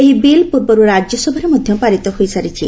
ଏହି ବିଲ୍ ପର୍ବର୍ ରାଜ୍ୟସଭାରେ ମଧ୍ୟ ପାରିତ ହୋଇସାରିଛି